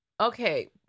Okay